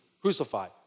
crucified